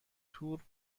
تور